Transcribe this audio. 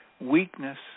weakness